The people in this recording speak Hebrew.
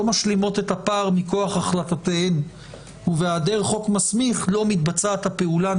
משלימות את הפער מכוח החלטותיהן ובהעדר חוק מסמיך לא מתבצעת הפעולה,